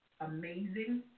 amazing